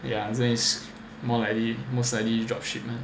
ya so it's more likely most likely drop ship mah